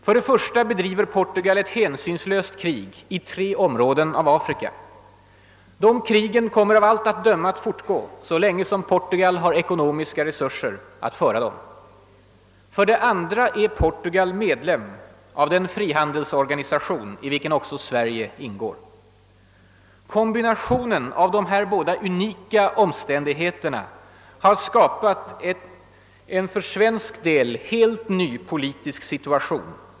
För det första bedriver Portugal ett hänsynslöst krig i tre områden av Afrika. Dessa krig kommer av allt att döma att fortgå så länge som Portugal har ekonomiska resurser att föra dem. För det andra är Portugal medlem av den frihandelsorganisation i vilken också Sverige ingår. Kombinationen av dessa båda unika omständigheter har skapat en för svensk del helt ny politisk situation.